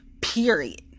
Period